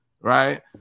right